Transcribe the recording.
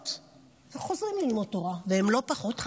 בחנויות וחוזרים ללמוד תורה, והם לא פחות חרדים,